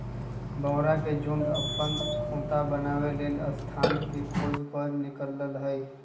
भौरा के झुण्ड अप्पन खोता बनाबे लेल स्थान के खोज पर निकलल हइ